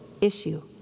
issue